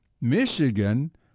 Michigan